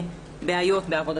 ניצולים רבים הולכים לעולמם מידי